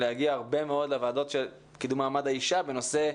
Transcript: להגיע הרבה מאוד לוועדות של קידום מעמד האישה בנושא.